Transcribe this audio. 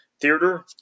theater